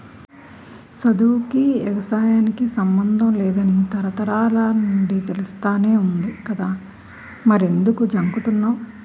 సదువుకీ, ఎగసాయానికి సమ్మందం లేదని తరతరాల నుండీ తెలుస్తానే వుంది కదా మరెంకుదు జంకుతన్నావ్